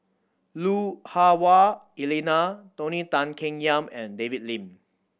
Lui Hah Wah Elena Tony Tan Keng Yam and David Lim